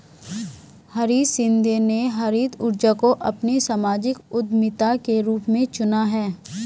हरीश शिंदे ने हरित ऊर्जा को अपनी सामाजिक उद्यमिता के रूप में चुना है